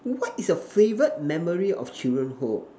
what is your favorite memory of children hood